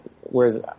Whereas